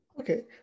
Okay